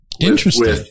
Interesting